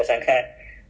ya